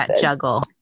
juggle